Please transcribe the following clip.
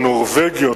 הנורבגיות,